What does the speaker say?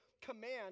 command